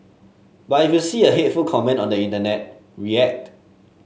but if you see a hateful comment on the internet react